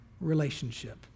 relationship